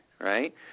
right